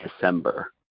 December